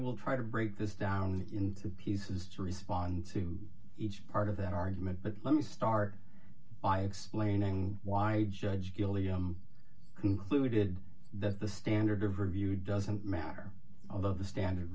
will try to break this down into pieces to respond to each part of that argument but let me start by explaining why judge gilliam concluded that the standard of review doesn't matter of the standard